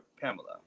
Pamela